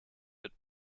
wird